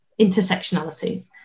intersectionality